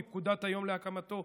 מפקודת היום הראשון להקמתו,